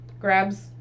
grabs